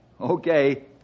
Okay